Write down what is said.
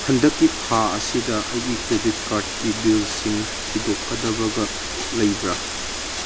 ꯍꯟꯗꯛꯀꯤ ꯊꯥ ꯑꯁꯤꯗ ꯑꯩꯒꯤ ꯀ꯭ꯔꯦꯗꯤꯠ ꯀꯥꯔꯠꯀꯤ ꯕꯤꯜꯁꯤꯡ ꯊꯤꯗꯣꯛꯀꯗꯕꯒ ꯂꯩꯕ꯭ꯔꯥ